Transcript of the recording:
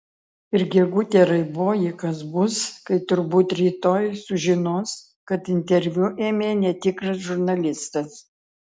ir gegute raiboji kas bus kai turbūt rytoj sužinos kad interviu ėmė netikras žurnalistas